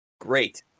Great